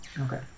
Okay